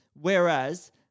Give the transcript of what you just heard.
whereas